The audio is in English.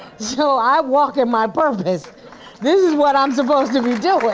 so i walk in my purpose. this is what i'm supposed to be doing.